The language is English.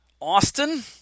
Austin